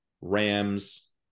Rams